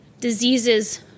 diseases